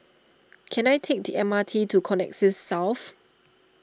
can I take the M R T to Connexis South